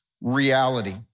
reality